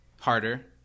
Harder